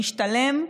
משתלמים.